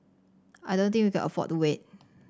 I don't think we can afford to wait